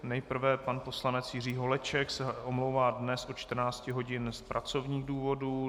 Nejprve pan poslanec Jiří Holeček se omlouvá dnes od 14 hodin z pracovních důvodů.